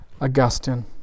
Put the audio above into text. Augustine